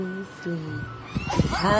sleep